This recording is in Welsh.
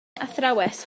athrawes